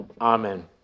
Amen